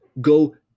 go